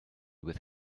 with